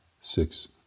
six